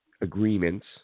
agreements